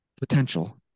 Potential